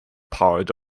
part